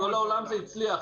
בכל העולם זה הצליח.